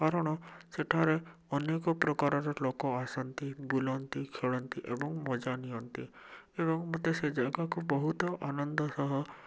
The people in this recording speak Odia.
କାରଣ ସେଠାରେ ଅନେକ ପ୍ରକାରର ଲୋକ ଆସନ୍ତି ବୁଲନ୍ତି ଖେଳନ୍ତି ଏବଂ ମଜା ନିଅନ୍ତି ଏବଂ ମୋତେ ସେ ଜାଗାକୁ ବହୁତ ଆନନ୍ଦ ସହ